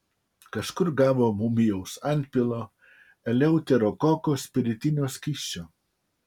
kažkur gavo mumijaus antpilo eleuterokoko spiritinio skysčio